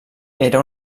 era